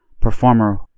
Performer